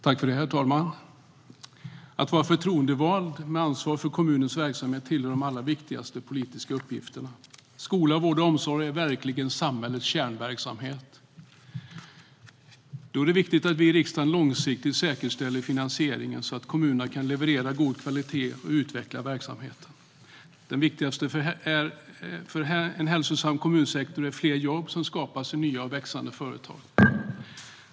Herr talman! Att vara förtroendevald med ansvar för en kommuns verksamhet tillhör de allra viktigaste politiska uppgifterna. Skola, vård och omsorg är verkligen samhällets kärnverksamhet. Därför är det viktigt att vi i riksdagen långsiktigt säkerställer finansieringen så att kommunerna kan leverera god kvalitet och utveckla verksamheten. Det viktigaste för en hälsosam kommunsektor är att fler jobb skapas i nya och växande företag.